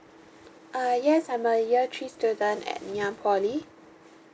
uh yes I'm a year three student at ngee ann poly